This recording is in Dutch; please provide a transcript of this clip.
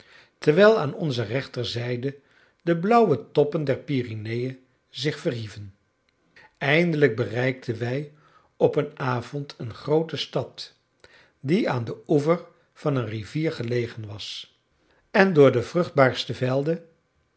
terwijl aan onze rechterzijde de blauwe toppen der pyreneën zich verhieven eindelijk bereikten wij op een avond een groote stad die aan den oever van een rivier gelegen was en door de vruchtbaarste velden